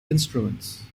instruments